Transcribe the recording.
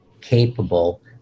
capable